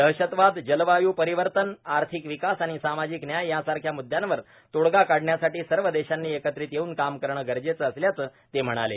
दहशतवाद जलवायू परिवर्तन आर्थिक विकास आणि सामाजिक न्याय यासारख्या मुद्दयांवर तोडगा काढण्यासाठी सर्व देशांनी एकत्रित येऊन काम करणं गरजेचं असल्याचं ते म्हणाले